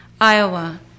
Iowa